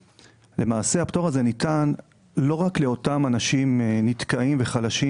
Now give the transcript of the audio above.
הפטור הזה ניתן לא רק לאותם אנשים נתקעים וחלשים,